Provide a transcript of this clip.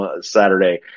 Saturday